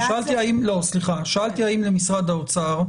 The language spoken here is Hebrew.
שאלתי האם למשרד האוצר,